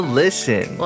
listen